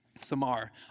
Samar